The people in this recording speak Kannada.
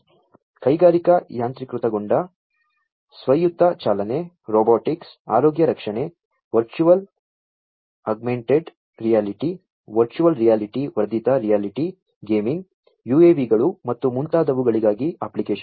ಕೈಗಾರಿಕಾ ಯಾಂತ್ರೀಕೃತಗೊಂಡ ಸ್ವಾಯತ್ತ ಚಾಲನೆ ರೊಬೊಟಿಕ್ಸ್ ಆರೋಗ್ಯ ರಕ್ಷಣೆ virtual augmented reality virtual reality ವರ್ಧಿತ ರಿಯಾಲಿಟಿ ಗೇಮಿಂಗ್ UAV ಗಳು ಮತ್ತು ಮುಂತಾದವುಗಳಿಗಾಗಿ ಅಪ್ಲಿಕೇಶನ್ಗಳು